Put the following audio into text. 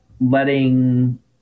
letting